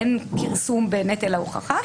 אין כרסום בנטל ההוכחה.